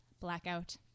Blackout